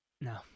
No